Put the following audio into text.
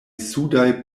sudaj